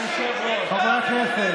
בעלות משפחות,